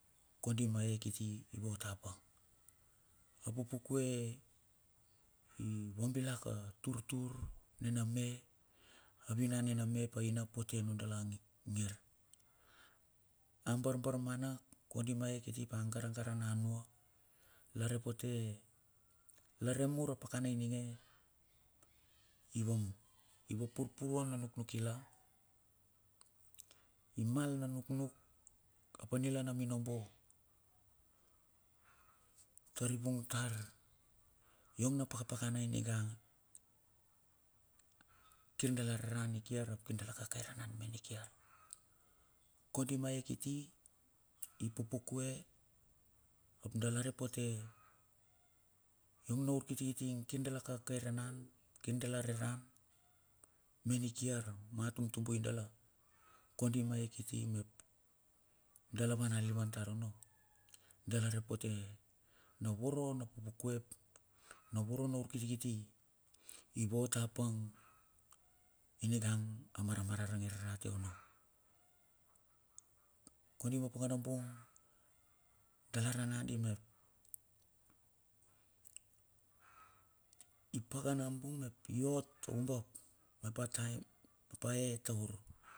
Kondi ma e kiti ivot apang, a pupukue i vabilak a turtur nena me a vinan ne na map aina puti nun dalala a ngir. A borbor mana kondi ma ae kiti pa a garagara na nua. Larepote, laremur pakana ininge, ivo paruparuan a nuknuk i la, i mal na nuknuk ap anila na minobo. Tar ivung tar yong na pakapakana ininge, kir dala raran nikiar ap kir dala kakairan me ni kiar. Konadi ma ye kiti i pupukue, ap dala repote, yong na ur kitikiti ing kir dala kakairanan, kir dala reran, me nikiar ma tumtumbui dala. Kondi ma ye kiti mep, dala van na livan tar ono. Dala repote na vorono na pupukue ap, na vorono urkitikiti. I vot apang iningang a mara marang i rarate onno. Kondi ma pakana bung dala ra nangadi mep. I pakana bun mep iot oubab ap ataem up a ye tavur.